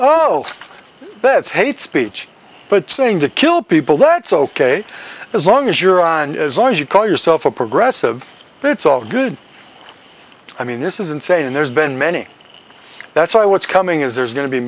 oh that's hate speech but saying to kill people that's ok as long as you're on as long as you call yourself a progressive but it's all good i mean this is insane and there's been many that's why what's coming is there's going to be